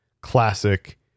classic